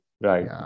right